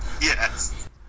Yes